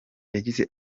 yagize